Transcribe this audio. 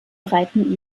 breiten